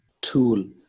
tool